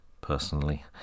Personally